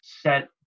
set